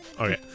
okay